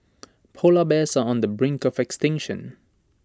Polar Bears are on the brink of extinction